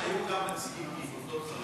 יהיו גם נציגים ממוסדות חרדיים?